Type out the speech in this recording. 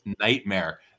nightmare